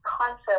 concept